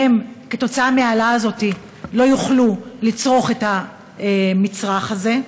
שכתוצאה מההעלאה הזאת לא יוכלו לצרוך את המצרך הזה?